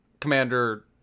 Commander